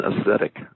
aesthetic